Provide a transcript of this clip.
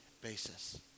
basis